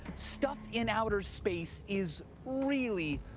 stuff in outer space is really,